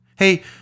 Hey